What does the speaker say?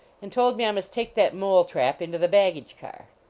and told me i must take that mole trap into the baggage car.